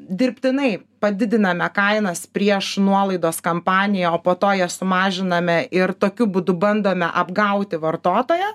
dirbtinai padidiname kainas prieš nuolaidos kampaniją o po to jas sumažiname ir tokiu būdu bandome apgauti vartotoją